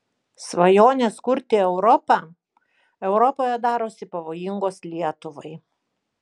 svajonės kurti europą europoje darosi pavojingos lietuvai